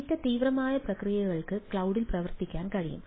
data തീവ്രമായ പ്രക്രിയകൾക്ക് ക്ലൌഡിൽ പ്രവർത്തിക്കാൻ കഴിയും